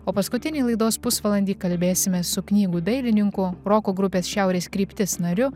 o paskutinį laidos pusvalandį kalbėsimės su knygų dailininku roko grupės šiaurės kryptis nariu